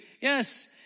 Yes